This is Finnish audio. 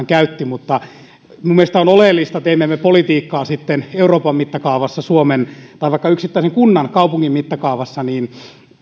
käytti minun mielestäni on oleellista teemme me politiikkaa sitten euroopan mittakaavassa suomen tai vaikka yksittäisen kunnan kaupungin mittakaavassa